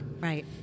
Right